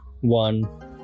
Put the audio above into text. one